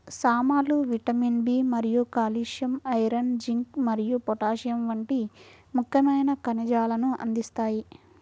సామలు vitamin B మరియు calcium, iron, zinc మరియు పొటాషియం వంటి ముఖ్యమైన ఖనిజాలను అందిస్తాయి